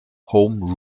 home